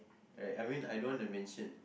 right I mean I don't want to mention